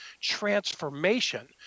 transformation